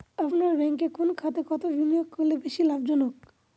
আপনার ব্যাংকে কোন খাতে টাকা বিনিয়োগ করলে বেশি লাভজনক?